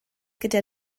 gyda